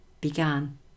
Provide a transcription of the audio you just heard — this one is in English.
began